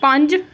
ਪੰਜ